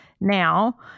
now